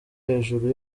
hejuru